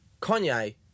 Kanye